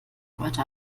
heute